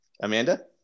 amanda